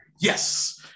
Yes